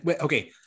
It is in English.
Okay